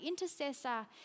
intercessor